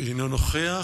אינו נוכח.